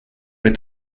est